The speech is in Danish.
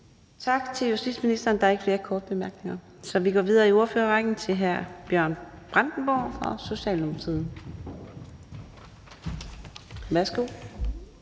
Tak til ordføreren. Der er ikke flere korte bemærkninger, og vi går videre i ordførerrækken til hr. Preben Bang Henriksen fra Venstre. Værsgo.